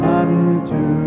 unto